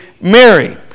Mary